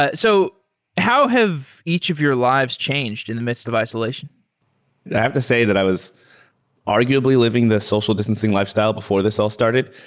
ah so how have each of your lives changed in the midst of isolation? i have to say that i was arguably living the social distancing lifestyle before this all started,